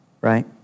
right